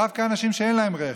דווקא אנשים שאין להם רכב.